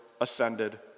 ascended